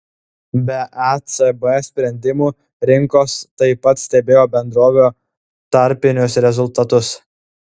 be ecb sprendimų rinkos taip pat stebėjo bendrovių tarpinius rezultatus